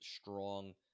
strong